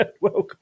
Welcome